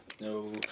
No